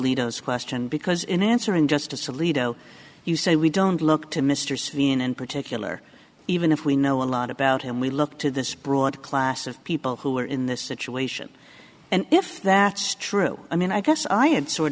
is questioned because in answering justice alito you say we don't look to mr sweeney in particular even if we know a lot about him we look to this broad class of people who are in this situation and if that's true i mean i guess i had sort